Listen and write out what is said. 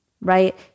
right